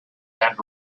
that